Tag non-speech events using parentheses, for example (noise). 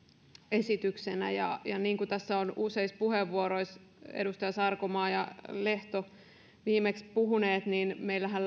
esityksenä niin kuin tässä on useissa puheenvuoroissa puhuttu edustaja sarkomaa ja lehto viimeksi meillähän (unintelligible)